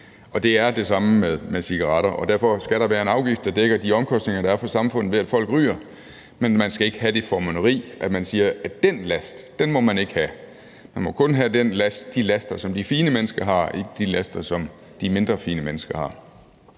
Det er det samme med cigaretter, og derfor skal der være en afgift, der dækker de omkostninger, der er for samfundet, ved at folk ryger, men der skal ikke være det formynderi, hvor man siger, at den last må folk ikke have; at folk kun må have de laster, som de fine mennesker har, men ikke de laster, som de mindre fine mennesker har.